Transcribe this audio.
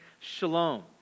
Shalom